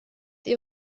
ihr